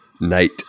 night